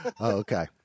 okay